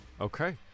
Okay